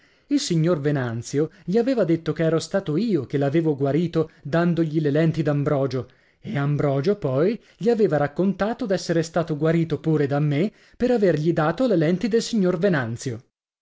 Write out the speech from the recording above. il signor venanzio gli aveva detto che ero stato io che lavevo guarito dandogli le lenti d'ambrogio e ambrogio poi gli aveva raccontato d'essere stato guarito pure da me per avergli dato le lenti del signor venanzio